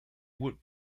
would